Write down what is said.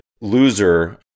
loser